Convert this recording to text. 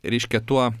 reiškia tuo